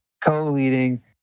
co-leading